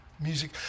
music